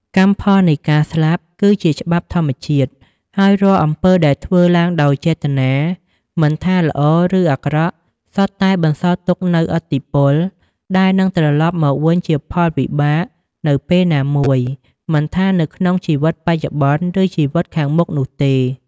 កម្មផលនៃការស្លាប់ គឺជាច្បាប់ធម្មជាតិ ហើយរាល់អំពើដែលធ្វើឡើងដោយចេតនា មិនថាល្អឬអាក្រក់ សុទ្ធតែបន្សល់ទុកនូវឥទ្ធិពល ដែលនឹងត្រឡប់មកវិញជាផលវិបាកនៅពេលណាមួយ មិនថានៅក្នុងជីវិតបច្ចុប្បន្ន ឬជីវិតខាងមុខនោះទេ។